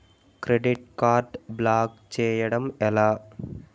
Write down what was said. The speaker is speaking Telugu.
క్రెడిట్ కార్డ్ బ్లాక్ చేయడం ఎలా?